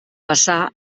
passà